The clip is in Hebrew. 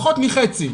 פחות מחצי.